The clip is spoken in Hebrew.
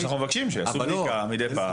זה מה שאנחנו מבקשים, שיעשו בדיקה מידי פעם.